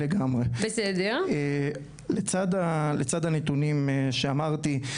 לצד הנתונים שאמרתי.